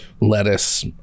lettuce